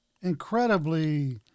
Incredibly